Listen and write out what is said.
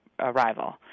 arrival